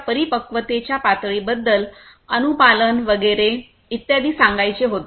0 च्या परिपक्वतेच्या पातळीबद्दल अनुपालन वगैरे इत्यादी सांगायचे होते